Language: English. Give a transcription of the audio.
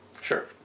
Sure